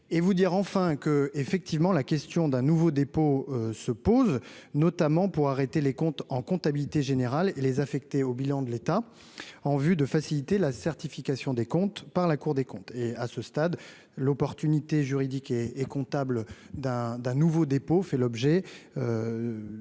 sur ces points. Enfin, la question d'un nouveau dépôt se pose, notamment pour arrêter les comptes en comptabilité générale et pour les affecter au bilan de l'État, en vue de faciliter leur certification par la Cour des comptes. À ce stade, l'opportunité juridique et comptable d'un nouveau dépôt fait l'objet